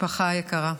משפחה יקרה,